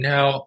Now